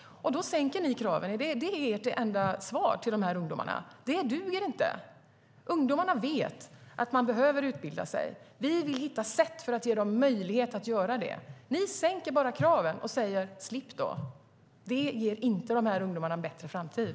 Då sänker ni kraven. Är det ert enda svar till dessa ungdomar? Det duger inte. Ungdomarna vet att man behöver utbilda sig. Vi vill hitta sätt att ge dem möjlighet att göra det. Ni sänker bara kraven och säger: Slipp då! Det ger inte dessa ungdomar en bättre framtid.